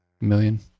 million